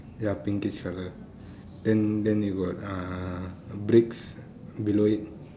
ya pinkish colour then then you got uh bricks below it